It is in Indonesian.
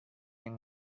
yang